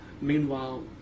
Meanwhile